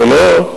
איפה לא,